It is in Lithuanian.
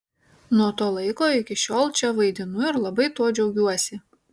nuo to laiko iki šiol čia vaidinu ir labai tuo džiaugiuosi